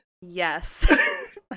Yes